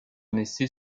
naissait